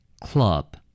club